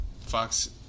Fox